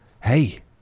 hey